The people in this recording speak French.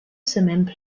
semaines